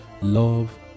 love